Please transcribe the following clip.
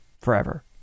forever